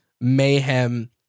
mayhem